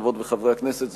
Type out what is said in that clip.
חברות וחברי הכנסת,